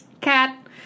Cat